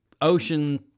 ocean